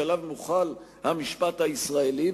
שעליו מוחל המשפט הישראלי,